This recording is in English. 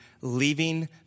leaving